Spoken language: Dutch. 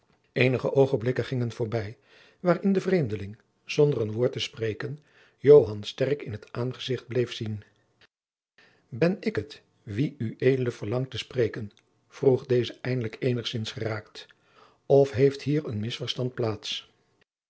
eenige oogenblikken gingen voorbij waarin de vreemdeling zonder een woord te spreken joan sterk in t aangezicht bleef zien ben ik het wien ued verlangt te spreken vroeg deze eindelijk eenigzins geraakt of heeft hier een misverstand plaats